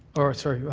or, sorry,